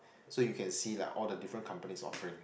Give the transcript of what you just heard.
so you can see like all the different companies offering